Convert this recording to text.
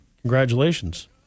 Congratulations